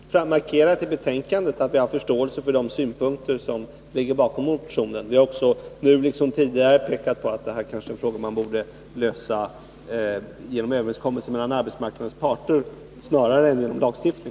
Herr talman! Jag vill bara säga att vi i betänkandet har markerat att vi har förståelse för de synpunkter som framförs i motionen. Vi har också nu liksom 53 tidigare pekat på att denna fråga kanske borde lösas genom överenskommelser mellan arbetsmarknadens parter snarare än genom lagstiftning.